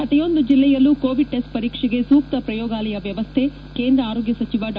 ಪ್ರತಿಯೊಂದು ಜಿಲ್ಲೆಯಲ್ಲೂ covid test ಪರೀಕ್ಷೆಗೆ ಸೂಕ್ತ ಪ್ರಯೋಗಾಲಯ ವ್ಯವಸ್ಥೆ ಕೇಂದ್ರ ಆರೋಗ್ಯ ಸಚಿವ ಡಾ